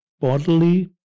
bodily